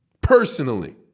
personally